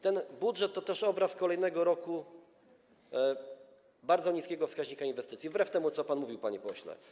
Ten budżet to też obraz kolejnego roku z bardzo niskim wskaźnikiem inwestycji wbrew temu, co pan mówił, panie pośle.